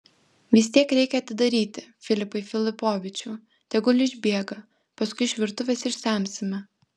vis tiek reikia atidaryti filipai filipovičiau tegul išbėga paskui iš virtuvės išsemsime